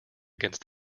against